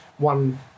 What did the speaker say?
One